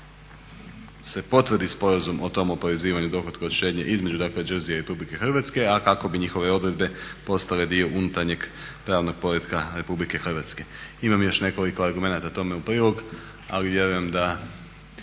se potvrdi sporazum o tom oporezivanju dohotka od štednje između dakle Jerseya i RH a kako bi njihove odredbe postale dio unutarnjeg pravnog poretka RH. Imam još nekoliko argumenata tome u prilog ali vjerujem da